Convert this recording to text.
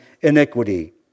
iniquity